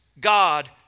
God